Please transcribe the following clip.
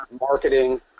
marketing